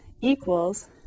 equals